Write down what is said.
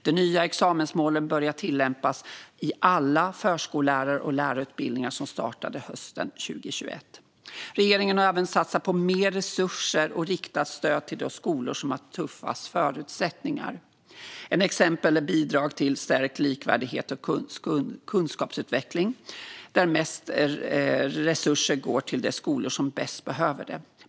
De nya examensmålen började tillämpas i alla förskollärar och lärarutbildningar som startade hösten 2021. Regeringen har även satsat på mer resurser och riktat stöd till de skolor som har tuffast förutsättningar. Ett exempel är bidrag till stärkt likvärdighet och kunskapsutveckling, där mest resurser går till de skolor som bäst behöver det.